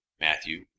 matthew